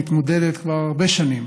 מתמודדת כבר הרבה שנים